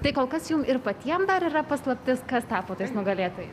tai kol kas jum ir patiem dar yra paslaptis kas tapo tais nugalėtojais